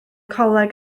coleg